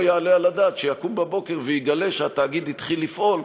לא יעלה על הדעת שיקום בבוקר ויגלה שהתאגיד התחיל לפעול,